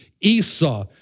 Esau